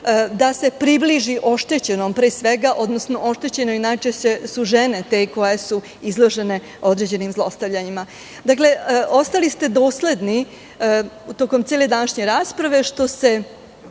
da se približi oštećenom, pre svega, odnosno najčešće oštećenoj, jer najčešće su žene te koje su izložene određenim zlostavljanjima. Ostali ste dosledni tokom cele današnje rasprave, što se